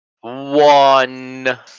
One